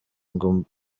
ngo